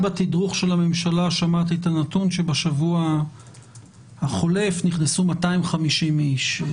בתדרוך של הממשלה שמעתי את הנתון שבשבוע החולף נכנסו 250 איש.